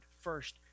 first